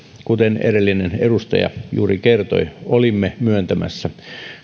kuten edellinen edustaja juuri kertoi olimme myöntämässä